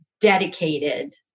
dedicated